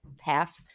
half